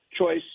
choice